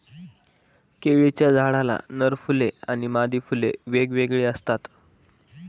केळीच्या झाडाला नर फुले आणि मादी फुले वेगवेगळी असतात